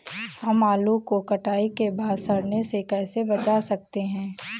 हम आलू को कटाई के बाद सड़ने से कैसे बचा सकते हैं?